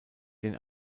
denn